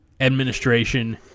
administration